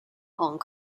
hong